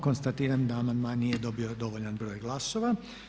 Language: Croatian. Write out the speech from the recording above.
Konstatiram da amandman nije dobio dovoljan broj glasova.